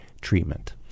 treatment